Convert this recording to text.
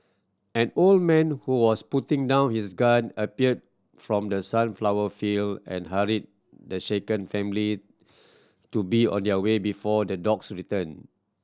an old man who was putting down his gun appeared from the sunflower field and hurried the shaken family to be on their way before the dogs return